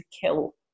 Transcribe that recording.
kill